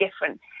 different